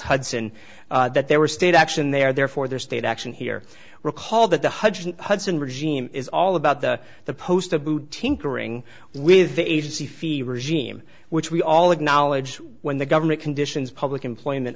hudson that they were state action they are there for their state action here recall that the hudson hudson regime is all about the the post of boutique uring with the agency fee regime which we all acknowledge when the government conditions public employment